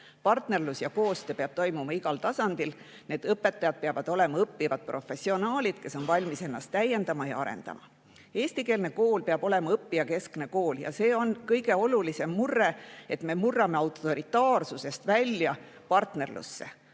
Partnerlus ja koostöö peab toimuma igal tasandil. Need õpetajad peavad olema õppivad professionaalid, kes on valmis ennast täiendama ja arendama. Eestikeelne kool peab olema õppijakeskne kool ja see on kõige olulisem murre, et me murrame autoritaarsusest välja partnerlusse.